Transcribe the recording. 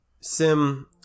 Sim